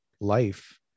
life